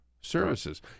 services